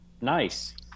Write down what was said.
Nice